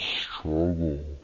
struggle